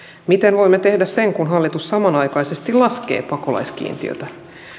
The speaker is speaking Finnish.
miten voimme tehdä sen kun hallitus samanaikaisesti laskee pakolaiskiintiötä